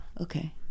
okay